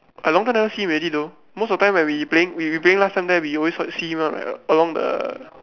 I long time never see him already though most of the time when we playing we we playing last time there we always see him one [what] along the